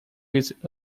his